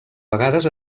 vegades